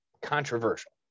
controversial